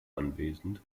anwesend